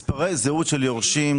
מספרי זהות של יורשים,